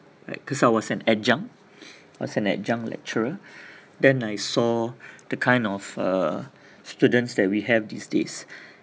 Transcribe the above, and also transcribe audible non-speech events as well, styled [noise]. right cause I was an adjunct [breath] I was an adjunct lecturer [breath] then I saw the kind of err students that we have these days